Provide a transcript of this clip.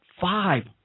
five